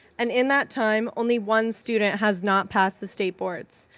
and in that time, only one student has not passed the state boards.